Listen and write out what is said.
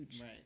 Right